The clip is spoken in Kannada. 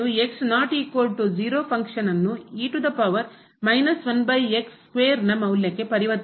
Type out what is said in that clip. ಆದರೆ ಈ ಸರಣಿಯು ಫಂಕ್ಷನ್ನ ಕಾರ್ಯ ನ ಮೌಲ್ಯಕ್ಕೆ ಪರಿವರ್ತಿಸುವುದಿಲ್ಲ